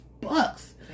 bucks